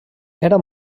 era